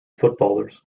footballers